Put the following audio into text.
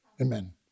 Amen